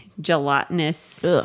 gelatinous